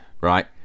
Right